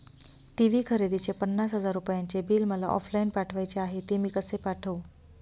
TV खरेदीचे पन्नास हजार रुपयांचे बिल मला ऑफलाईन पाठवायचे आहे, ते मी कसे पाठवू?